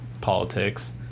politics